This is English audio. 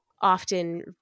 often